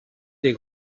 des